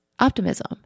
Optimism